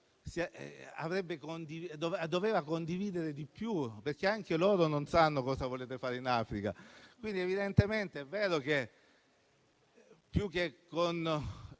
Governo condividesse di più, perché anche loro non sanno cosa volete fare in Africa.